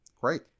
Great